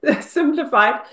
simplified